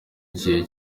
ikihe